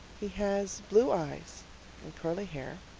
he has blue eyes and curly hair.